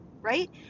right